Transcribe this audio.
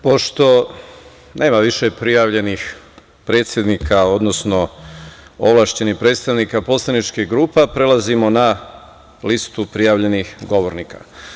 Pošto nema više prijavljenih predsednika, odnosno ovlašćenih predstavnika poslaničkih grupa, prelazimo na listu prijavljenih govornika.